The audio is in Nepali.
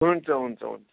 हुन्छ हुन्छ हुन्छ